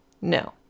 No